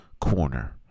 corner